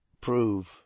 prove